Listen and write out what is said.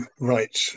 right